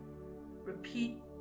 repeat